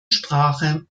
sprache